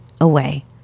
away